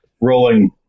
rolling